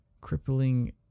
crippling